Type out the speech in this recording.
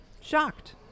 Shocked